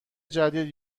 جدید